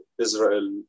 Israel